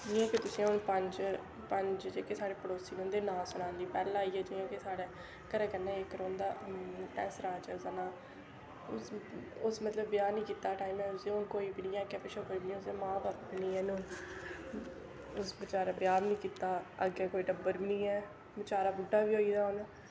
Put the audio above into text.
में इक तुसें हून पंज जेह्के साढ़े पड़ोसी न उंदे नांऽ सनानी आं पैह्ला आईया जियां के साढ़े घरे कन्नै गै इक रौह्ंदा हैंसराज जिसदा नां ओस मतलन ब्याह् निं कीता टाईमा ते हून कोई बी निं ऐ उसदे अग्गे पिछै कोई बी निं ऐ उसदे मां बब्ब बी निं हैन हून उस बचारे ब्याह् बी नेईं कीता अग्गै कोई टब्बर बी नेईं ऐ बचारा बुड्ढा बी होई दा हून